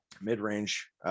mid-range